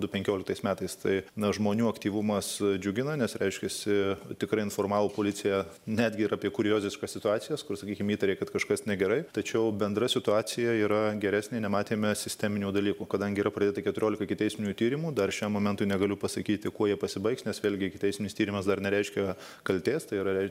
du penkioliktais metais tai na žmonių aktyvumas džiugina nes reiškiasi tikrai informavo policiją netgi ir apie kurioziškas situacijas kur sakykim įtarė kad kažkas negerai tačiau bendra situacija yra geresnė nematėme sisteminių dalykų kadangi yra pradėti keturiolika ikiteisminių tyrimų dar šiam momentui negaliu pasakyti kuo jie pasibaigs nes vėlgi ikiteisminis tyrimas dar nereiškia kaltės tai yra